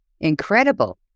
Incredible